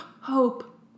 hope